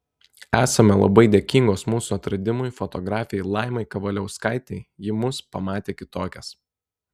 esame labai dėkingos mūsų atradimui fotografei laimai kavaliauskaitei ji mus pamatė kitokias